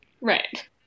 right